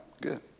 good